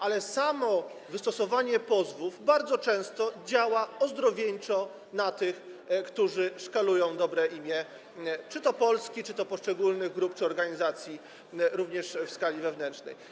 Ale samo wystosowanie pozwów bardzo często działa ozdrowieńczo na tych, którzy szkalują dobre imię czy to Polski, czy to poszczególnych grup lub organizacji również w skali wewnętrznej.